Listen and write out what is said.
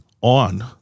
on